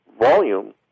Volume